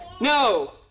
No